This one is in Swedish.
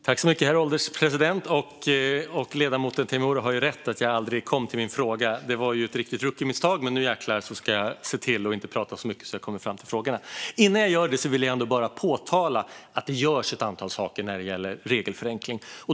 Herr ålderspresident! Ledamoten Teimouri har rätt i att jag aldrig kom till min fråga. Det var ett riktigt rookiemisstag, men nu jäklar ska jag se till att inte prata så mycket att jag inte kommer fram till frågorna. Innan jag gör det vill jag bara påpeka att det görs en antal saker när det gäller regelförenkling.